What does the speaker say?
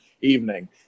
evening